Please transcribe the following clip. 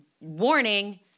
warning